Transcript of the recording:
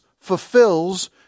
fulfills